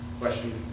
question